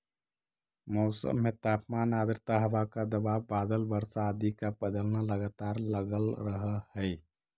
मौसम में तापमान आद्रता हवा का दबाव बादल वर्षा आदि का बदलना लगातार लगल रहअ हई